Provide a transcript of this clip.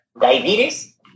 diabetes